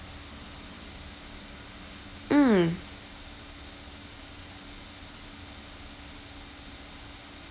mm